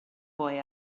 boy